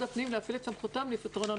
הפנים להפעיל את סמכותם לפתרון הנושא.